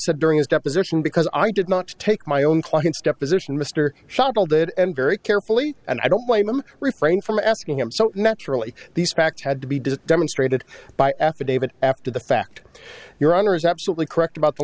said during his deposition because i did not take my own client's deposition mr shuttle did and very carefully and i don't blame him refrain from asking him so naturally these facts had to be does demonstrated by affidavit after the fact your honor is absolutely correct about the